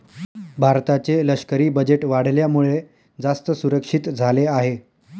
भारताचे लष्करी बजेट वाढल्यामुळे, जास्त सुरक्षित झाले आहे